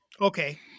Okay